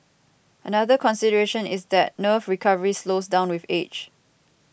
another consideration is that nerve recovery slows down with age